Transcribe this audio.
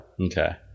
Okay